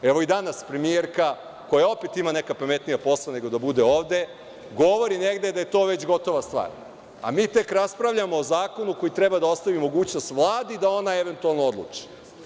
I danas premijerka, opet ima neka pametnija posla nego da bude ovde, govori negde da je to već gotova stvar, a mi tek raspravljamo o zakonu koji treba da ostavi mogućnost Vladi da ona eventualno odluči.